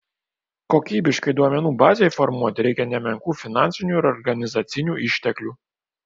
kokybiškai duomenų bazei formuoti reikia nemenkų finansinių ir organizacinių išteklių